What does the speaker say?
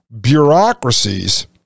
bureaucracies